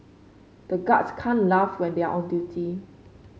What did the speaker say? the guards can't laugh when they are on duty